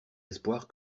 espoirs